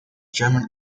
german